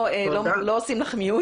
ולא עושים לך מיוט.